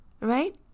right